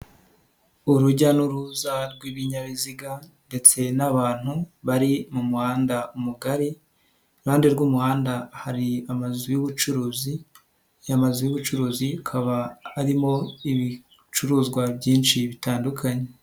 Urujya n'uruza rw'ibinyabiziga ndetse n'abantu bari mu muhanda mugari, ihande rw'umuhanda hari amazu y'ubucuruzi, aya mazu y'ubucuruzi akaba arimo ibicuruzwa byinshi bitandukanye.